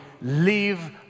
live